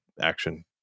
action